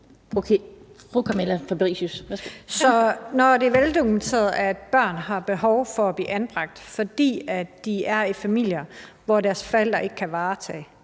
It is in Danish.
når det er veldokumenteret, at børn har behov for at blive anbragt, fordi de er i familier, hvor deres forældre ikke kan varetage